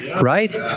right